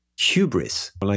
hubris